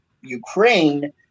Ukraine